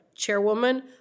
Chairwoman